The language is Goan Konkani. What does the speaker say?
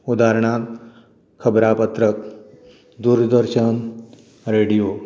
उदारणांत खबरांपत्रक दूरदर्शन रेडियो